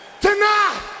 Tonight